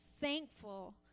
thankful